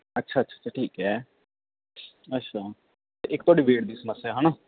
ਅੱਛਾ ਅੱਛਾ ਠੀਕ ਹੈ ਅੱਛਾ ਅਤੇ ਇੱਕ ਤੁਹਾਡੀ ਵੇਟ ਦੀ ਸਮੱਸਿਆ ਹੈ ਨਾ